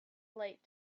light